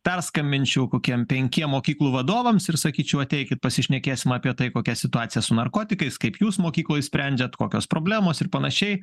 perskambinčiau kokiem penkiem mokyklų vadovams ir sakyčiau ateikit pasišnekėsim apie tai kokia situacija su narkotikais kaip jūs mokykloj sprendžiat kokios problemos ir panašiai